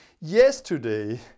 Yesterday